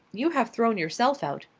you have thrown yourself out.